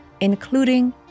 including